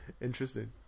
interesting